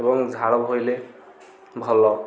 ଏବଂ ଝାଳ ବୋହିଲେ ଭଲ